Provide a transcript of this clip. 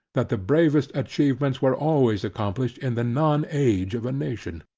that the bravest achievements were always accomplished in the non age of a nation.